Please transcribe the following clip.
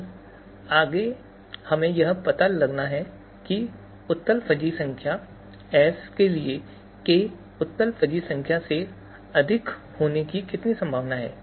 तो आगे हमें यह पता लगाना है कि उत्तल फजी संख्या S के लिए k उत्तल फजी संख्या से अधिक होने की कितनी संभावना है